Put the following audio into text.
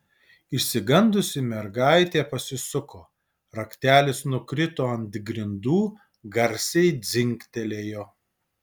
išsigandusi mergaitė pasisuko raktelis nukrito ant grindų garsiai dzingtelėjo